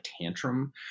tantrum